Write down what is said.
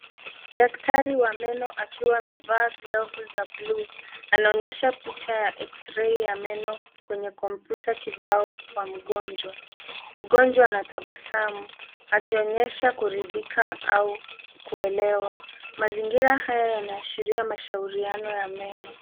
Daktari wa meno akiwa amevaa glovu za blue anaonyesha picha ya eksirei ya meno kwenye kompyuta kibao kwa mgonjwa. Mgonjwa anatabasamu akionyesha kuridhika au kuelewa. Mazingira haya yanaashiria mashauriano ya meno.